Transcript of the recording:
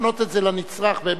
באמת צריך למצוא שיטה